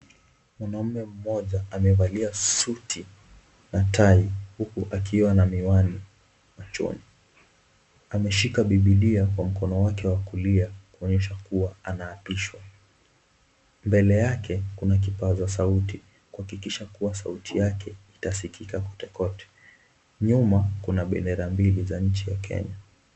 Mwanamume mmoja amevalia suti na tai huku akiwa na miwani machoni. Ameshika bibilia kwa mkono wake wa kulia kuonyesha kuwa anaapishwa. Mbele yake kuna kipaza sauti kuhakikisha kuwa sauti yake itasikika kote kote. Nyuma kuna bendera mbili za nchi ya Kenya.